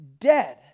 dead